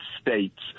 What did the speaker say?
States